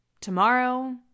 tomorrow